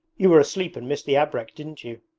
you were asleep and missed the abrek, didn't you?